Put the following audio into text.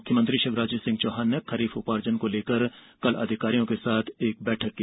मुख्यमंत्री शिवराज सिंह चौहान ने खरीफ उपार्जन को लेकर कल अधिकारियों के साथ बैठक की